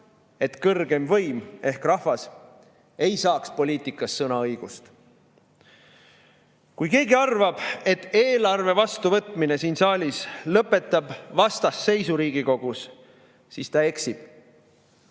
et kõrgeim võim ehk rahvas ei saaks poliitikas sõnaõigust. Kui keegi arvab, et eelarve vastuvõtmine siin saalis lõpetab vastasseisu Riigikogus, siis ta eksib.